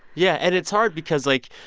yeah. and it's hard because, like,